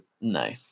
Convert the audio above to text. No